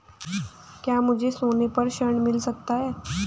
क्या मुझे सोने पर ऋण मिल सकता है?